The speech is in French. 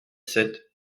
sept